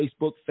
Facebook